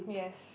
yes